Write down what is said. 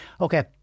okay